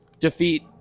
Defeat